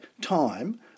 time